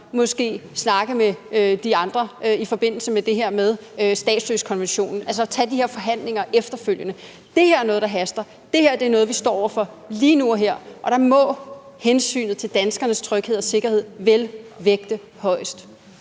måske så snakke med de andre i forbindelse med det her med statsløsekonventionen, altså tage de her forhandlinger efterfølgende. Det her er noget, der haster, det her er noget, vi står over for lige nu og her, og der må hensynet til danskernes tryghed og sikkerhed vel vægte højest.